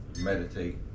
meditate